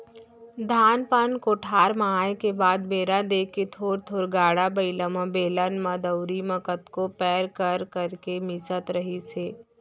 धान पान कोठार म आए के बाद बेरा देख के थोर थोर गाड़ा बइला म, बेलन म, दउंरी म कतको पैर कर करके मिसत रहिस हे